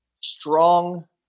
strong